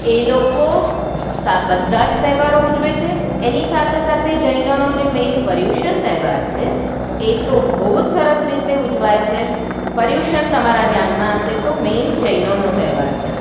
એ લોકો બધા જ તહેવારો ઉજવે છે એની સાથે સાથે જૈનોનો જે મેઇન પર્યુષણ તહેવાર છે એ તો બહુ જ સરસ રીતે ઉજવાય છે પર્યુષણ તમારા ધ્યાનમાં હશે તો મેઇન જૈનોનો તહેવાર છે